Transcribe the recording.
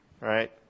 right